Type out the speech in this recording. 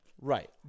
Right